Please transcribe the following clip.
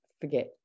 forget